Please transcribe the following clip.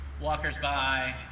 walkers-by